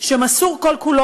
שמסור כל-כולו,